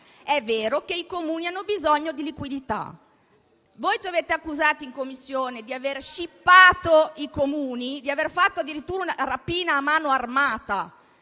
è vero che i Comuni hanno bisogno di liquidità. Voi ci avete accusati in Commissione di aver scippato i Comuni e di aver fatto addirittura una rapina a mano armata